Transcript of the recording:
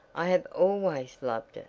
i have always loved it,